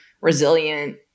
resilient